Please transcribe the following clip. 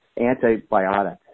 antibiotics